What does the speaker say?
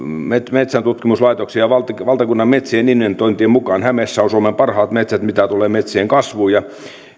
metsäntutkimuslaitoksen ja valtakunnan metsien inventointien mukaan hämeessä on suomen parhaat metsät mitä tulee metsien kasvuun ja